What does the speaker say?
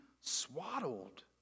swaddled